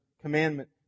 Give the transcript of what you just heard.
commandment